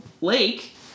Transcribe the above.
lake